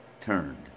turned